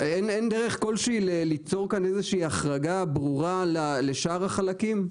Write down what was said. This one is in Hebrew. אין דרך כלשהי ליצור כאן איזושהי החרגה ברורה לשאר החלקים?